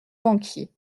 banquier